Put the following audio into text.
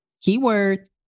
keyword